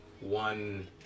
one